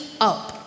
up